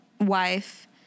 wife